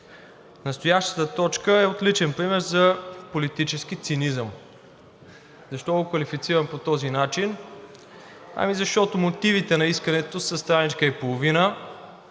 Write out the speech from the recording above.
настоящата точка, е отличен пример за политически цинизъм. Защо го квалифицирам по този начин? Защото мотивите на искането са страничка и половина